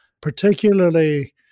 particularly